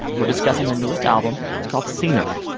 we're discussing her newest album. it's called scenery.